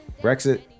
brexit